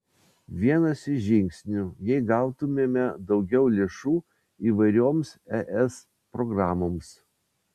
vienas iš žingsnių jei gautumėme daugiau lėšų įvairioms es programoms